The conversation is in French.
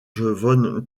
von